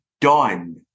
done